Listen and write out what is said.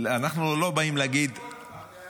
אנחנו לא באים להגיד --- מאיר,